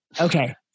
okay